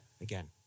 again